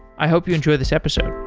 i hope you enjoy this episode